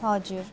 हजुर